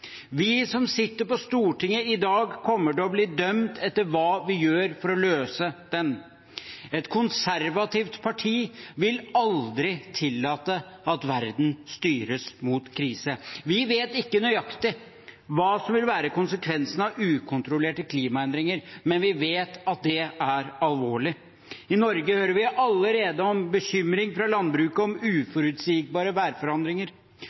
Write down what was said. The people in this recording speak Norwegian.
Vi som sitter på Stortinget i dag, kommer til å bli dømt etter hva vi gjør for å løse den. Et konservativt parti vil aldri tillate at verden styres mot krise. Vi vet ikke nøyaktig hva som vil være konsekvensene av ukontrollerte klimaendringer, men vi vet at det er alvorlig. I Norge hører vi allerede bekymringer fra landbruket om uforutsigbare værforandringer.